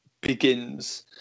begins